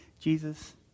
Jesus